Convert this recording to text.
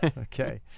Okay